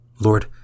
Lord